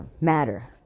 matter